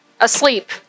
Asleep